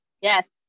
Yes